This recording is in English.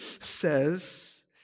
says